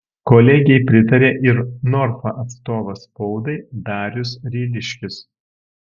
kolegei pritarė ir norfa atstovas spaudai darius ryliškis